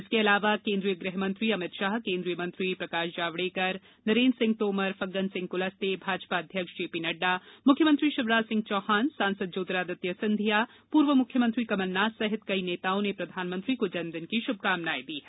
इसके अलावा गृहमंत्री अमित शाह केन्द्रीय मंत्री प्रकाश जावड़ेकर नरेन्द्र सिंह तोमर फग्गन सिंह कुलस्ते भाजपा अध्यक्ष जे पी नड्डा मुख्यमंत्री शिवराज सिंह चौहान सांसद ज्योतिरादित्य सिंधिया पूर्व मुख्यमंत्री कमलनाथ सहित कई नेताओं ने प्रधानमंत्री को जन्मदिन की शुभकामनाए दी हैं